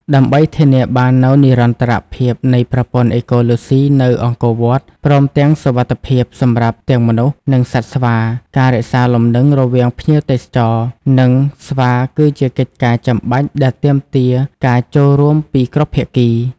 ដើម្បីធានាបាននូវនិរន្តរភាពនៃប្រព័ន្ធអេកូឡូស៊ីនៅអង្គរវត្ត ព្រមទាំងសុវត្ថិភាពសម្រាប់ទាំងមនុស្ស និងសត្វស្វា ការរក្សាលំនឹងរវាងភ្ញៀវទេសចរ និងស្វាគឺជាកិច្ចការចាំបាច់ដែលទាមទារការចូលរួមពីគ្រប់ភាគី។